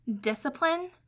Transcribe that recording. discipline